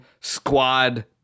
squad